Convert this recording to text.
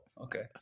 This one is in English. okay